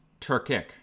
Turkic